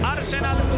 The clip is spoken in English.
Arsenal